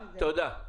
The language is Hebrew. תודה.